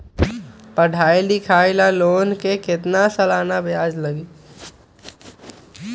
पढाई लिखाई ला लोन के कितना सालाना ब्याज लगी?